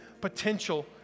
potential